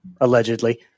allegedly